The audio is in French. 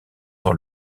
dans